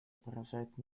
поражает